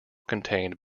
contained